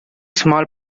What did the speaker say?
small